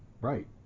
Right